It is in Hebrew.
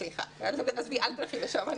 עזבי, אל תלכי לשם.